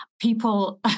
People